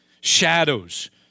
shadows